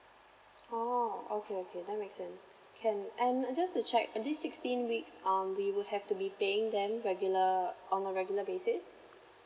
oh okay okay that makes sense can I know just to check this sixteen weeks um we will have to be paying them regular uh on a regular basis